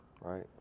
right